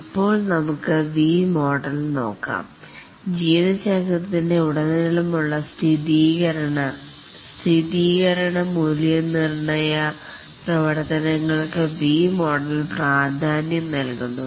ഇപ്പോൾ നമുക്ക് V model നോക്കാം ജീവിത ചക്രത്തിൽ ഉടനീളമുള്ള സ്ഥിരീകരണമൂല്യനിർണയ പ്രവർത്തനങ്ങൾക്ക് വി മോഡൽ പ്രാധാന്യം നൽകുന്നു